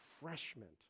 refreshment